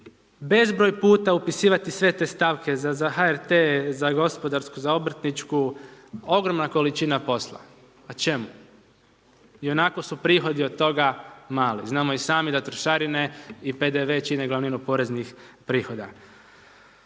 Bezbroj puta upisivati sve te stavke za HRT, za gospodarsku, za obrtničku, ogromna količina posla a čemu? Ionako su prihoda od toga mali. Znamo i sami da trošarine i PDV čine glavninu poreznih prihoda.